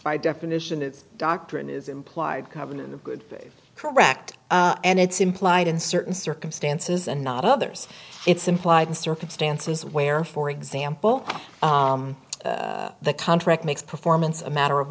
by definition it's doctrine is implied covenant of good correct and it's implied in certain circumstances and not others it's implied in circumstances where for example the contract makes performance a matter of